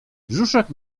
brzuszek